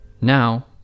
now